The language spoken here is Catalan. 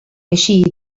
així